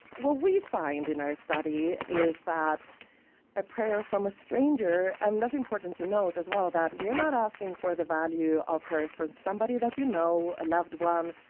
we find in our study is that a prayer from a stranger and that's important to note, as well, that we are not asking for the value of prayers for somebody that you know, a loved one.